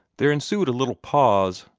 there ensued a little pause,